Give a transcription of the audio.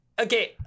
Okay